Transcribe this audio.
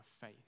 faith